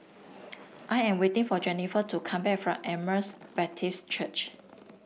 I am waiting for Jennifer to come back from Emmaus Baptist Church